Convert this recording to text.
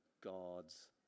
God's